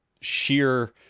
sheer